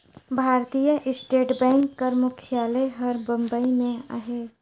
भारतीय state bank कर मुख्यालय हर बंबई में अहे